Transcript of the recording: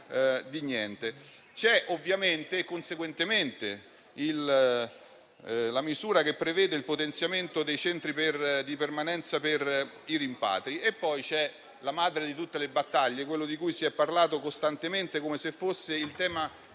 di niente. C'è conseguentemente la misura che prevede il potenziamento dei centri di permanenza per i rimpatri. C'è poi la madre di tutte le battaglie, quella di cui si è parlato costantemente, come se fosse il tema